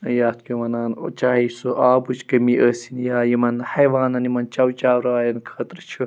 یتھ کیٛاہ وَنان چاہے سُۄ آبٕچ کٔمی ٲسِنۍ یا یِمَن حیوانَن یِمَن چَو چاروایَن خٲطرٕ چھُ